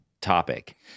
topic